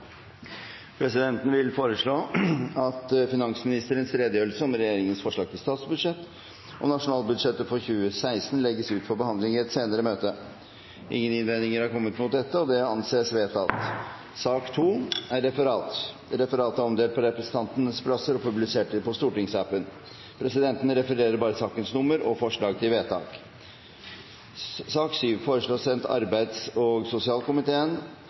Presidenten vil foreslå at finansministerens redegjørelse om regjeringens forslag til statsbudsjett og om nasjonalbudsjettet for 2016 legges ut for behandling i et senere møte. – Det anses vedtatt. Dermed er